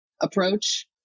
approach